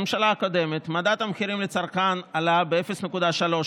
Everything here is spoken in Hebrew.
הממשלה הקודמת, מדד המחירים לצרכן עלה ב-0.3%;